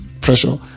pressure